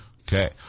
okay